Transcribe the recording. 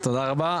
תודה רבה.